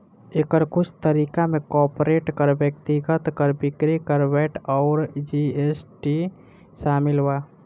एकर कुछ तरीका में कॉर्पोरेट कर, व्यक्तिगत कर, बिक्री कर, वैट अउर जी.एस.टी शामिल बा